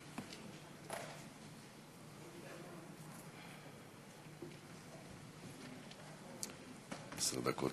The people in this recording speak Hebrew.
עשר דקות